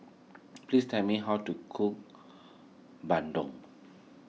please tell me how to cook Bandung